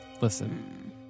Listen